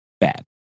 Bad